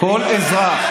ממש.